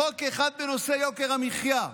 חוק אחד בנושא יוקר המחיה,